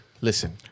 listen